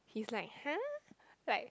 he's like !huh! like